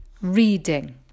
reading